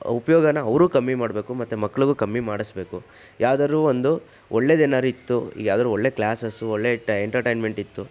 ಉಪಯೋಗನ ಅವರು ಕಮ್ಮಿ ಮಾಡ್ಬೇಕು ಮತ್ತೆ ಮಕ್ಕಳಿಗೂ ಕಮ್ಮಿ ಮಾಡಿಸ್ಬೇಕು ಯಾವುದಾದ್ರು ಒಂದು ಒಳ್ಳೆದೇನಾರಿತ್ತು ಯಾವ್ದಾದ್ರೂ ಒಳ್ಳೆಯ ಕ್ಲಾಸಸ್ಸು ಒಳ್ಳೆಯ ಟ ಎಂಟರ್ಟೈನ್ಮೆಂಟಿತ್ತು